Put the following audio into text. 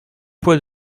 poids